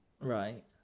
Right